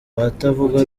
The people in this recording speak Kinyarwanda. abatavuga